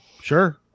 sure